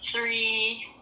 Three